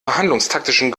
verhandlungstaktischen